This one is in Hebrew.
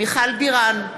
מיכל בירן,